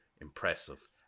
impressive